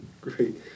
Great